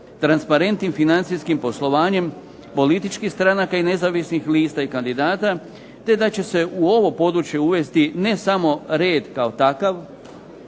transparentnim financijskim poslovanjem političkih stranaka i nezavisnih lista i kandidata, te da će se u ovo područje uvesti ne samo red kao takav,